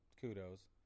kudos